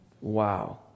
Wow